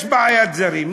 יש בעיית זרים.